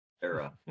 era